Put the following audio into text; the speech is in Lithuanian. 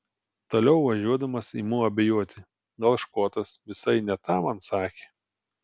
toliau važiuodamas imu abejoti gal škotas visai ne tą man sakė